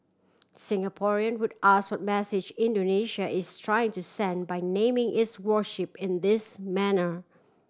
Singaporean would ask what message Indonesia is trying to send by naming its warship in this manner